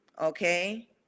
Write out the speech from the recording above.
okay